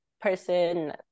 person